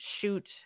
shoot